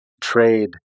trade